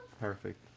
Perfect